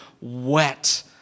wet